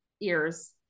ears